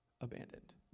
abandoned